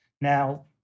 Now